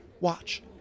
Watch